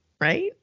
right